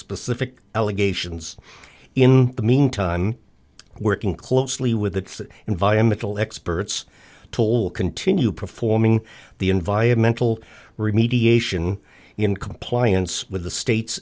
specific allegations in the meantime working closely with the environmental experts toll continue performing the environmental remediation in compliance with the state